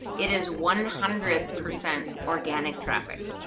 it is one hundred percent organic traffic.